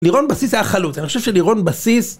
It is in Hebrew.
לירון בסיס היה חלוץ, אני חושב שלירון בסיס...